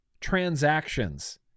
transactions